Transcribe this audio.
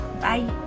bye